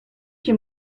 your